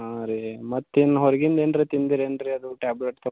ಹಾಂ ರೀ ಮತ್ತಿನ್ನು ಹೊರ್ಗಿಂದು ಏನ್ರ ತಿಂದಿರೇನು ರೀ ಅದು ಟ್ಯಾಬ್ಲೆಟ್